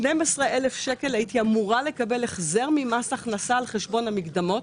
12,000 שקל הייתי אמורה לקבל החזר ממס הכנסה על חשבון המקדמות.